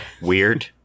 Weird